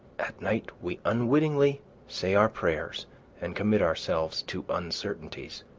at night we unwillingly say our prayers and commit ourselves to uncertainties.